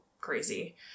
crazy